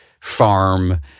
farm